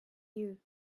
you